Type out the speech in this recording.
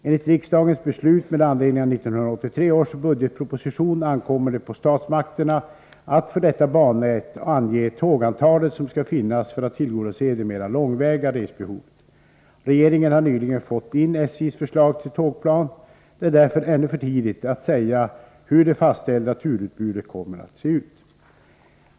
Enligt riksdagens beslut med anledning av 1983 års budgetproposition ankommer det på statsmakterna att för detta bannät ange tågantalet som skall finnas för att tillgodose det mera långväga resbehovet. Regeringen har nyligen fått in SJ:s förslag till tågplan. Det är därför ännu för tidigt att säga hur det fastställda turutbudet kan komma att se ut.